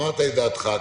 אמרת את דעתך.